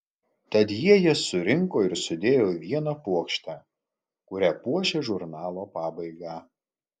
tad jie jas surinko ir sudėjo į vieną puokštę kuria puošė žurnalo pabaigą